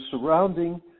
surrounding